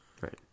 Right